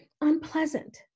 unpleasant